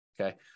okay